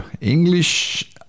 English